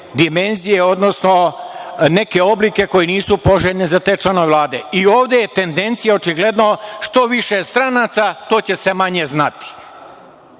dimenzije, odnosno neke oblike koji nisu poželjni za te članove Vlade. Ovde je tendencija očigledno, što više stranaca, to će se manje znati.